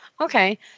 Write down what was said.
Okay